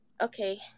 Okay